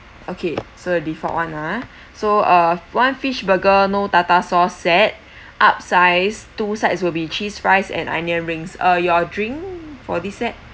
okay so default one ah so uh one fish burger no tartar source set upsize two sides will be cheese fries and onion rings uh your drink for this set